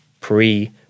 pre